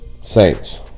Saints